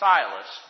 Silas